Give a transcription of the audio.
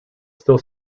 still